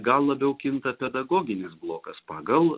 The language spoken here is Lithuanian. gal labiau kinta pedagoginis blokas pagal